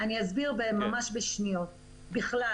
בבקשה.